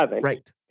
Right